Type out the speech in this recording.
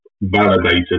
validated